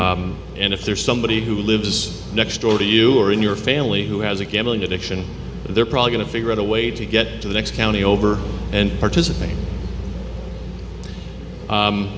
and if there's somebody who lives next door to you or in your family who has a gambling addiction they're probably going to figure out a way to get to the next county over and participate